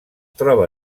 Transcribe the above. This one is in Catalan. troba